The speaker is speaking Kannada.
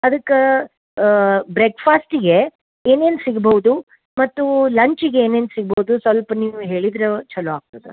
ಅದಕ್ಕೆ ಬ್ರೇಕ್ಫಾಸ್ಟಿಗೆ ಏನೇನು ಸಿಗ್ಬೌದು ಮತ್ತು ಲಂಚಿಗೆ ಏನೇನು ಸಿಗ್ಬೌದು ಸ್ವಲ್ಪ ನೀವು ಹೇಳಿದರೆ ಚಲೋ ಆಗ್ತದೆ